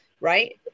right